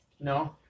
No